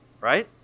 right